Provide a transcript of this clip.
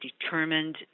determined